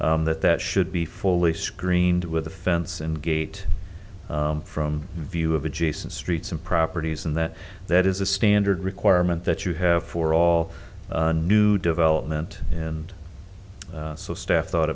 that that should be fully screened with a fence and gate from view of adjacent streets and properties and that that is a standard requirement that you have for all new development and so staff thought